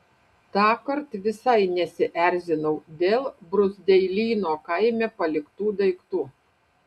tąkart visai nesierzinau dėl bruzdeilyno kaime paliktų daiktų